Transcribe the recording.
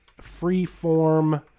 free-form